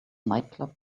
nightclub